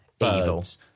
evils